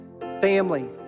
family